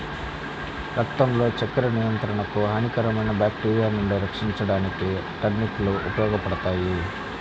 రక్తంలో చక్కెర నియంత్రణకు, హానికరమైన బ్యాక్టీరియా నుండి రక్షించడానికి టర్నిప్ లు ఉపయోగపడతాయి